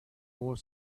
more